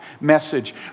Message